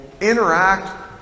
interact